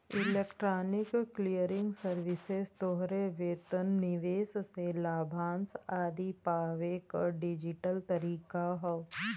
electronic clearing services तोहरे वेतन, निवेश से लाभांश आदि पावे क डिजिटल तरीका हौ